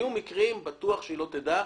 יהיו מקרים שהיא לא תדע.